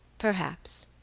perhaps,